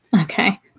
Okay